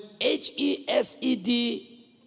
H-E-S-E-D